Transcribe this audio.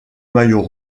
maillot